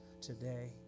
today